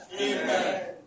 Amen